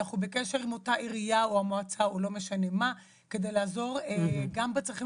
אנחנו בקשר עם אותה עירייה או מועצה כדי לעזור גם בצרכים